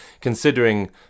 considering